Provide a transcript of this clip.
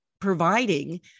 providing